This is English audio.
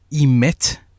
emit